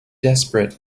desperate